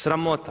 Sramota.